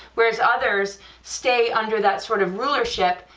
whereas others stay under that sort of rulership,